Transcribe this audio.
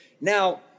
Now